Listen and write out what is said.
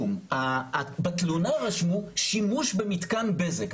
בתלונה רשמו שימוש במתקן בזק,